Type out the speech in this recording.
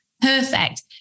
perfect